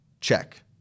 check